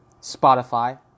Spotify